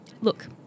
look